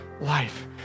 life